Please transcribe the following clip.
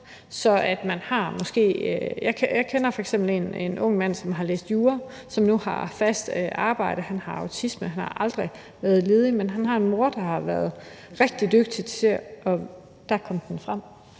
Jeg kender f.eks. en ung mand, som har læst jura, og som nu har fast arbejde. Han har autisme. Han har aldrig været ledig, men han har en mor, der har været rigtig dygtig til … dér kom den frem.